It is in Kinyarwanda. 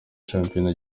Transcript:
shampiyona